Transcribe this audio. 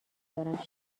دارم